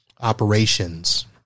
operations